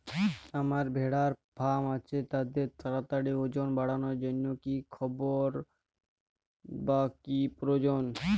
আমার ভেড়ার ফার্ম আছে তাদের তাড়াতাড়ি ওজন বাড়ানোর জন্য কী খাবার বা কী প্রয়োজন?